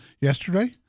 yesterday